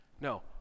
No